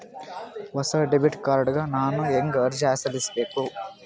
ಹೊಸ debit card ಗ ನಾನು ಹೆಂಗ ಅರ್ಜಿ ಸಲ್ಲಿಸಬೇಕು?